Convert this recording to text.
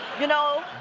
you know,